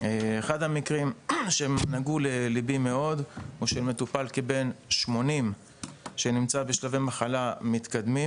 אחד המקרים שנגעו לליבי מאוד הוא שמטופל כבן 80 שנמצא בשלבי מחלה מתקדמים